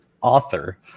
author